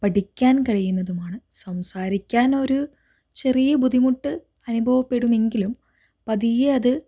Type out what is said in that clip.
പഠിക്കാൻ കഴിയുന്നതുമാണ് സംസാരിക്കാനൊരു ചെറിയ ബുദ്ധിമുട്ട് അനുഭവപ്പെടുമെങ്കിലും പതിയെ അത്